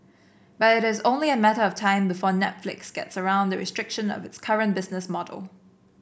but it is only a matter of time before Netflix gets around the restrictions of its current business model